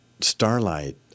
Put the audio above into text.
starlight